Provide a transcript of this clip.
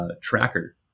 tracker